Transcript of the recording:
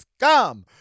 scum